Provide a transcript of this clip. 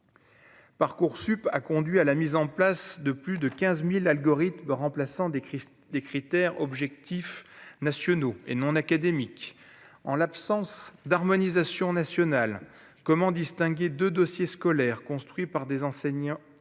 Parcoursup a conduit à la mise en place de plus de 15000 algorithmes remplaçant crises des critères objectifs nationaux et non académiques, en l'absence d'harmonisation nationale comment distinguer de dossiers scolaires construits par des enseignants